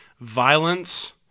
violence